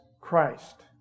Christ